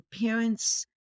parents